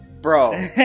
bro